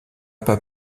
pas